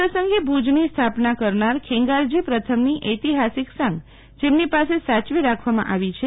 આ પ્રસંગે ભુજાની સ્થાપના કરનાર ખેંગારજી પથમની ઐતિહાસિક સાંગ જેમની પાસે સાચવી રાખવામાં આવી છે